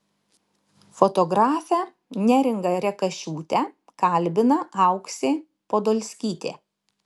fotografę neringą rekašiūtę kalbina auksė podolskytė